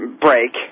break